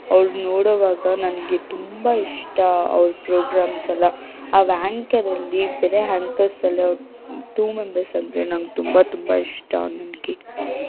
ಅವ್ರು ನೋಡೋವಾಗ ನನಗೆ ತುಂಬ ಇಷ್ಟ ಅವ್ರ ಪ್ರೋಗ್ರಾಮ್ಸ್ ಎಲ್ಲ ಅವ ಆಂಕರ್ ಅಲ್ಲಿ ಬರಿ ಆಂಕರ್ಸ್ ಅಲ್ಲಿ ಅವ್ರು ಟು ಮೆಂಬರ್ಸ್ ಅಂದರೆ ನಂಗೆ ತುಂಬ ತುಂಬ ಇಷ್ಟ ನನಗೆ